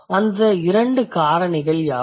அந்த 2 காரணிகள் யாவை